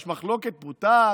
יש מחלוקת אם פוטר,